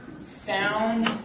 sound